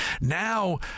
now